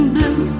Blue